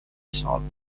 shortly